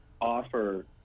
offer